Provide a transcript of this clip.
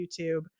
YouTube